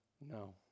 No